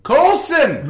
Colson